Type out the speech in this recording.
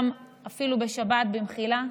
אפילו בשבת, במחילה.